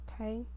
Okay